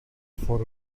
for